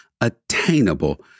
attainable